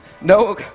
no